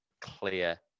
clear